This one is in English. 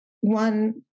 One